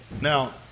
Now